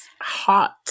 hot